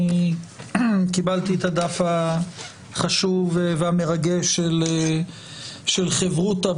אני קיבלתי את הדף החשוב והמרגש של "חברותא"